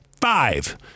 five